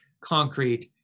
concrete